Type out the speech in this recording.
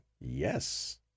Yes